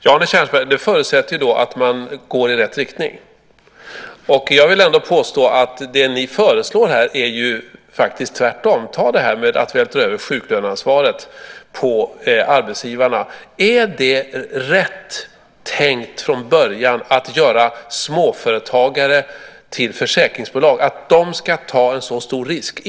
Ja, Arne Kjörnsberg, det förutsätter att man går i rätt riktning. Jag vill ändå påstå att det ni föreslår är tvärtom. Ta detta med att vältra över sjuklöneansvaret på arbetsgivarna. Är det rätt tänkt från början att göra småföretagare till försäkringsbolag, att de ska ta så stor risk?